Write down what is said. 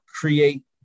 create